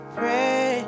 pray